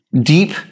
deep